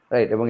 Right